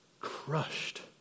crushed